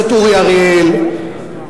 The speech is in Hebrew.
אריאל,